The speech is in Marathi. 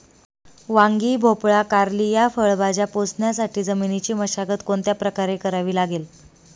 वांगी, भोपळा, कारली या फळभाज्या पोसण्यासाठी जमिनीची मशागत कोणत्या प्रकारे करावी लागेल?